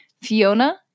fiona